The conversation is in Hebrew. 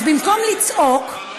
אז במקום לצעוק,